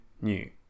new